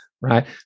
right